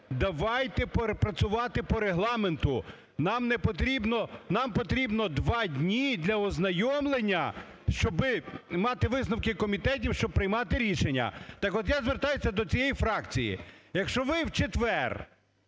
"Давайте працювати по Регламенту! Нам потрібно два дні для ознайомлення, щоби мати висновки комітетів, щоб приймати рішення". Так от я звертаюся до цієї фракції. Якщо ви в четвер